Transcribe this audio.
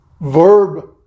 verb